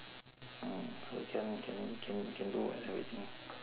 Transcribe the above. mm can can can can do [what] everything